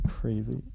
crazy